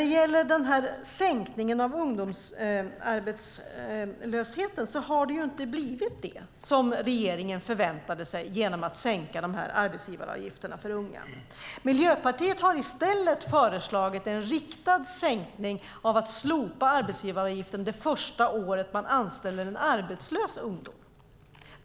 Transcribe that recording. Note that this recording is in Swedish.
Det har inte blivit den sänkning av ungdomsarbetslösheten som regeringen förväntade sig genom att sänka arbetsgivaravgifterna för unga. Miljöpartiet har i stället föreslagit en riktad sänkning genom att slopa arbetsgivaravgiften det första året man anställer en arbetslös ungdom.